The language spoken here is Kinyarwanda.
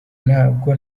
nabwo